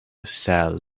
said